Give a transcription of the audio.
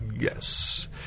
Yes